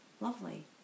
lovely